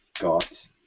got